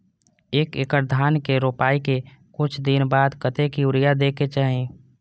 एक एकड़ धान के रोपाई के कुछ दिन बाद कतेक यूरिया दे के चाही?